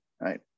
Right